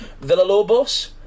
Villalobos